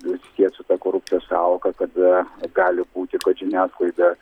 susieti su ta korupcijos sąvoka kad gali būti kad žiniasklaida